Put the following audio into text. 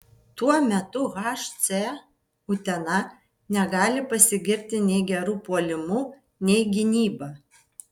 tuo metu hc utena negali pasigirti nei geru puolimu nei gynyba